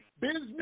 business